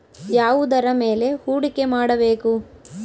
ಯಾವುದರ ಮೇಲೆ ಹೂಡಿಕೆ ಮಾಡಬೇಕು?